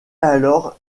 alors